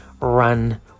run